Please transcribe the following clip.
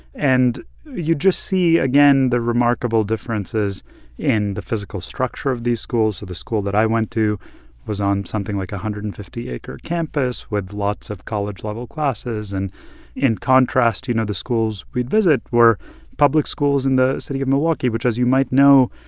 and you'd just see, again, the remarkable differences in the physical structure of these schools. so the school that i went to was on something like a one hundred and fifty acre campus with lots of college-level classes. and in contrast, you know, the schools we'd visit were public schools in the city of milwaukee, which, as you might know,